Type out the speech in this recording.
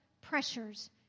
pressures